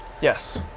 yes